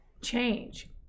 change